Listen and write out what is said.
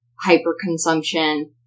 hyper-consumption